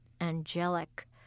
angelic